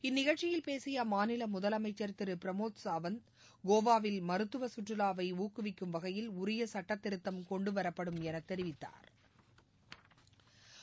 இந்நிகழ்ச்சியில் பேசிய அம்மாநில முதலமைச்சர் திரு பிரமோத் சாவந்த் கோவாவில் மருத்துவ கற்றுலாவை ஊக்குவிக்கும் வகையில் உரிய சுட்டத்திருத்தம் கொண்டுவரப்படும் எனத் தெரிவித்தாா்